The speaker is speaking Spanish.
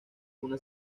una